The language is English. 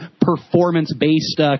performance-based